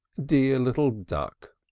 dear little duck!